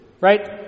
right